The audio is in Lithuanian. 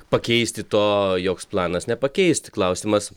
pakeisti to joks planas nepakeis tik klausimas